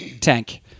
tank